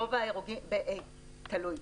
תלוי.